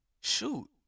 shoot